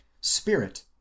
Spirit